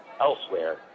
elsewhere